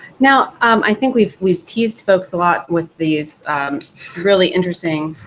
now um i think we've we've teased folks a lot with these really interesting